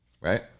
Right